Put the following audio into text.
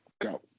Go